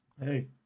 Hey